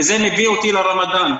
וזה מביא אותי לרמדאן,